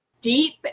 deep